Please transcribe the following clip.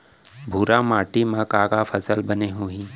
भूरा माटी मा का का फसल बने होही?